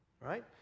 Right